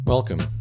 Welcome